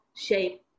shape